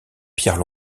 pierre